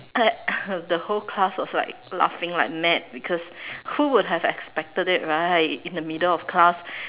the whole class was like laughing like mad because who would have expected it right in the middle of class